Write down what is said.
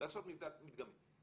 עושים מבדק מדגמי.